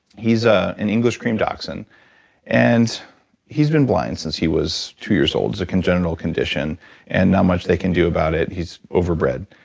he's ah an english cream dachshund and he's been blind since he was two years old. it's a congenital condition and not much they can do about it he's over bred.